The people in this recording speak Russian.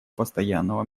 постоянного